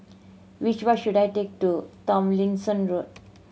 which bus should I take to Tomlinson Road